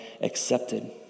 accepted